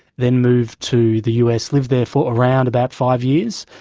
then moved to the us, lived there for around about five years.